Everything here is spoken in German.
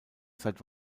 seit